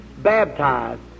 baptized